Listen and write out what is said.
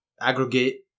aggregate